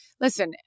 listen